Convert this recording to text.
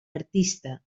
artista